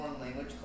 language